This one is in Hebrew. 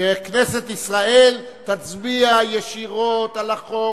שכנסת ישראל תצביע ישירות על החוק